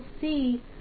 see